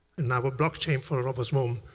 in our blockchain for robot swarm